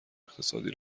اقتصادی